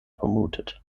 vermutet